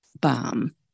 bomb